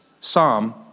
psalm